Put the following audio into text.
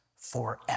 forever